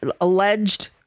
alleged